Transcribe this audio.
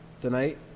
tonight